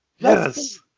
Yes